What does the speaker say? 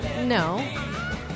No